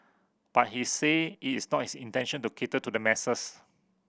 but he say it is not his intention to cater to the masses